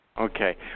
Okay